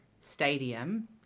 stadium